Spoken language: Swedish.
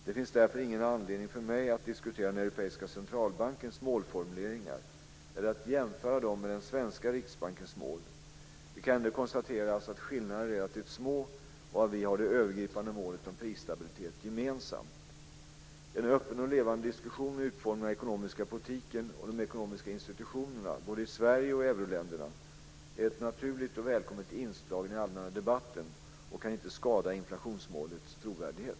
Det finns därför ingen anledning för mig att diskutera den europeiska centralbankens målformuleringar eller att jämföra dem med den svenska riksbankens mål. Det kan ändå konstateras att skillnaderna är relativt små och att vi har det övergripande målet om prisstabilitet gemensamt. En öppen och levande diskussion om utformningen av den ekonomiska politiken och de ekonomiska institutionerna, både i Sverige och i euroländerna, är ett naturligt och välkommet inslag i den allmänna debatten och kan inte skada inflationsmålets trovärdighet.